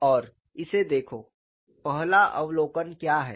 और इसे देखो पहला अवलोकन क्या है